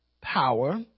power